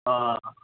आ